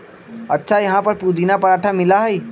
अच्छा यहाँ पर पुदीना पराठा मिला हई?